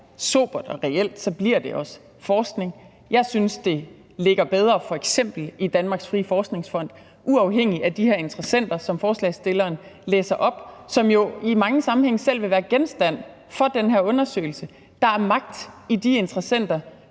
sobert og reelt, så bliver det også forskning. Jeg synes, det ligger bedre f.eks. i Danmarks Frie Forskningsfond uafhængigt af de her interessenter, som forslagsstilleren læser op, og som jo i mange sammenhænge selv vil være genstand for den her undersøgelse. Der er magt i de interessenter,